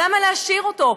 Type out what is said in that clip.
למה להשאיר אותו?